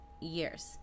years